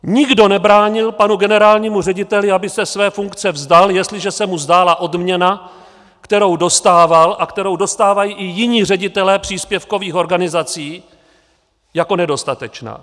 Nikdo nebránil panu generálnímu řediteli, aby se své funkce vzdal, jestliže se mu zdála odměna, kterou dostával a kterou dostávají i jiní ředitelé příspěvkových organizací, jako nedostatečná.